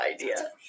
idea